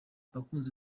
bakunzi